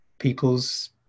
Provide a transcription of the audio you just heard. people's